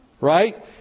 Right